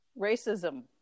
racism